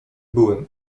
byłem